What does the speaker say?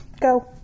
Go